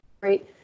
great